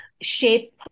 Shape